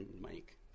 Mike